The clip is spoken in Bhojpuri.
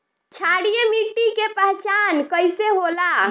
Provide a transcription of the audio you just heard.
क्षारीय मिट्टी के पहचान कईसे होला?